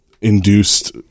induced